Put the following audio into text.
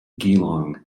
geelong